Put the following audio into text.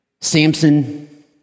Samson